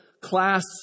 class